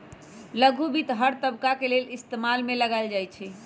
लघु वित्त हर तबका के लेल इस्तेमाल में लाएल जाई छई